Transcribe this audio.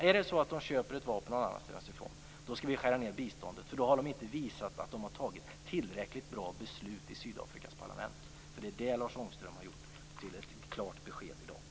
Om Sydafrika köper sitt plan någon annanstans skall vi skära ned biståndet. För då har Sydafrika visat att man inte kan fatta tillräckligt bra beslut i Sydafrikas parlament. Det har Lars Ångström gett klart besked om i dag.